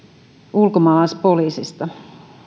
ulkomaalaispoliisista